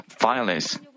violence